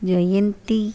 Jayanthi